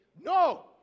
No